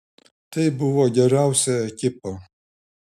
tai buvo geriausia ekipa